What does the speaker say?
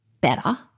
better